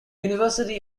university